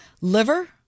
Liver